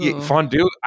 Fondue